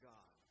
God